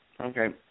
Okay